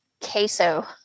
queso